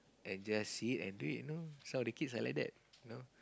and just see it and do it you know some of the kids are like that you know